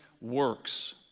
works